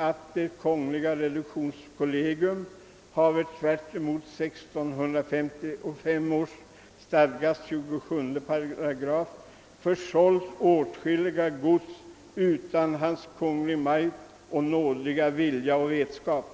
»att dhet Hödek: Pe ductions-Collegium hafver tvärt emot 1655 åhrs stadgas 27 8 försåldt åthskillige godz uthan Hans Kongl. Maij:tz nådige villie och vetskap,